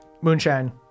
Moonshine